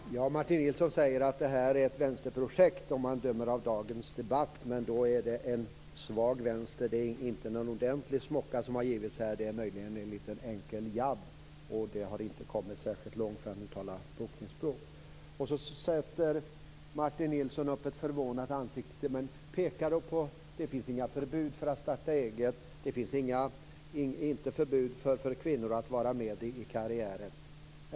Herr talman! Martin Nilsson säger att av dagens debatt att döma är detta ett vänsterprojekt. Då är det en svag vänster. Det är inte en ordentlig smocka som har givits här, möjligen en liten enkel jabb - inte särskilt lång, enligt boxningsspråk. Martin Nilsson visar ett förvånat ansikte och pekar på att det inte finns förbud mot att starta eget, det finns inte förbud för kvinnor att vara med i karriären.